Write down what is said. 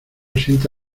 siente